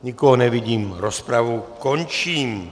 Nikoho nevidím, rozpravu končím.